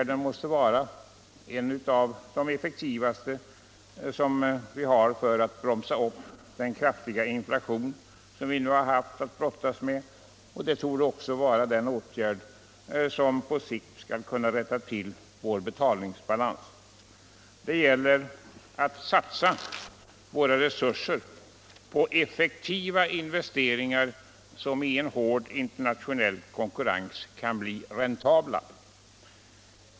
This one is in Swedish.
Det måste vara en av de effektivaste åtgärder som kan vidtas för att bromsa upp den kraftiga inflation som vi nu har att brottas med. Det torde också vara den åtgärd som på sikt kan rätta till vår betalningsbalans. Det gäller att satsa våra resurser på effektiva investeringar som kan bli räntabla i en hård internationell konkurrens.